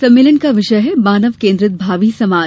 सम्मेलन का विषय है मानव केन्द्रित भावी समाज